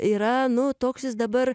yra nu toks jis dabar